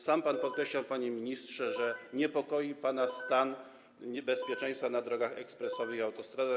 Sam pan podkreślał, panie ministrze, że niepokoi pana stan bezpieczeństwa na drogach ekspresowych i autostradach.